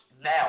now